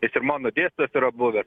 tai jis ir mano dėstytojas yra buvęs